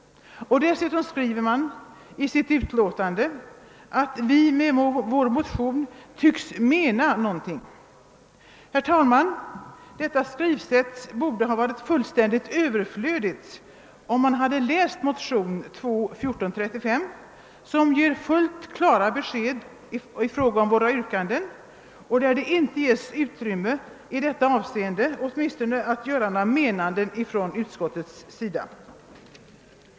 Dessutom skriver man i betänkandet att vi med vår motion »tycks mena» någonting. Herr talman! Detta skrivsätt borde ha varit fullständigt överflödigt om man läst motionen II: 1435, som ger fullt klara besked i fråga om våra yrkanden, och där ges inte utrymme för några »menanden» från utskottets sida.